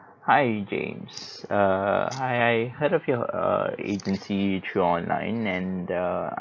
hi james err I heard of your err agency through online and err